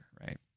right